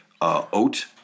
oat